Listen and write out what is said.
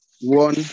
One